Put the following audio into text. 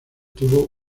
tuvo